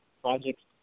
projects